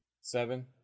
seven